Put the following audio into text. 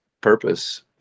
purpose